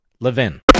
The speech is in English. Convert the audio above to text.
LEVIN